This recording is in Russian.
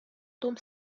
том